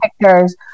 pictures